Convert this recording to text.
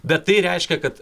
bet tai reiškia kad